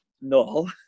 no